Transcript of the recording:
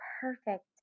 perfect